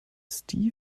steve